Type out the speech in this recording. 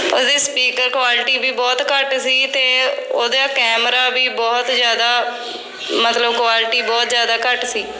ਉਹਦੀ speaker quality ਵੀ ਬਹੁਤ ਘੱਟ ਸੀ ਅਤੇ ਉਹਦਾ ਕੈਮਰਾ ਵੀ ਬਹੁਤ ਜ਼ਿਆਦਾ ਮਤਲਬ ਕੁਆਲਿਟੀ ਬਹੁਤ ਜ਼ਿਆਦਾ ਘੱਟ ਸੀ